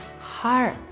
heart